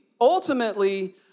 ultimately